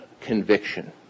conviction